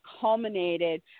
culminated